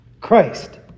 Christ